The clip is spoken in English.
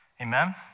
amen